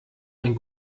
ein